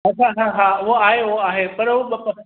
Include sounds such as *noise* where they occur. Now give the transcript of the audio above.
अछा हा हा उहो आहे उहो आहे पर उहो *unintelligible*